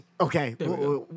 Okay